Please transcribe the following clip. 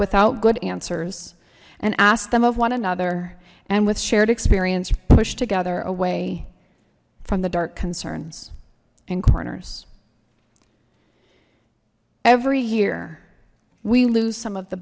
without good answers and ask them of one another and with shared experience pushed together away from the dark concerns in corners every year we lose some of the